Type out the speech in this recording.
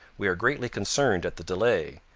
we are greatly concerned at the delay.